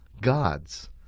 gods